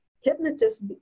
hypnotist